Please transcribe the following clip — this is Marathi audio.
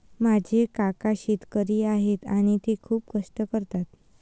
माझे काका शेतकरी आहेत आणि ते खूप कष्ट करतात